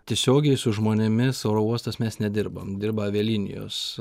tiesiogiai su žmonėmis oro uostas mes nedirbam dirba avialinijos